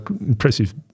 impressive